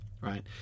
right